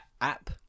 app